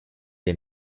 the